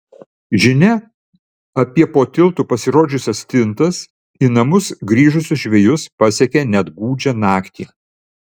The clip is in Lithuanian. žinia apie po tiltu pasirodžiusias stintas į namus grįžusius žvejus pasiekia net gūdžią naktį